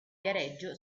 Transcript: viareggio